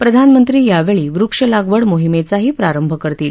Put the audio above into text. प्रधानमंत्री यावेळी वृक्षलागवड मोहिमेचाही प्रारंभ करतील